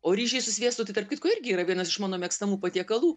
o ryžiai su sviestu tai tarp kitko irgi yra vienas iš mano mėgstamų patiekalų